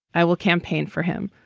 i will campaign for him